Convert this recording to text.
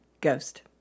Ghost